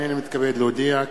הנני מתכבד להודיע,